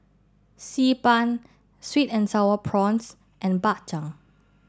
Xi Ban Sweet and Sour Prawns and Bak Chang